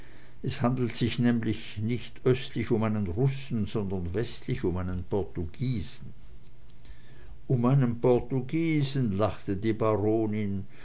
es handelt sich nämlich nicht östlich um einen russen sondern westlich um einen portugiesen um einen portugiesen lachte die baronin